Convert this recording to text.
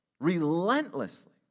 relentlessly